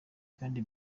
kandi